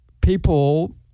people